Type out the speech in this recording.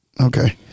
okay